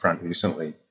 recently